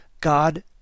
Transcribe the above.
God